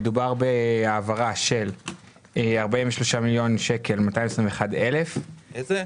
מדובר בהעברה של 43 מיליון ו-221 אלף שקלים